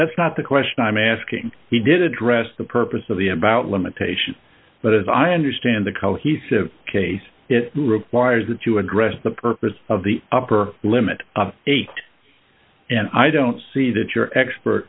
that's not the question i'm asking he did address the purpose of the about limitations but as i understand the culture he says case it requires that you address the purpose of the upper limit eight and i don't see that your expert